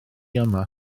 yma